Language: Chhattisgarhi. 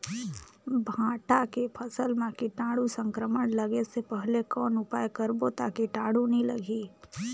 भांटा के फसल मां कीटाणु संक्रमण लगे से पहले कौन उपाय करबो ता कीटाणु नी लगही?